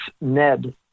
Ned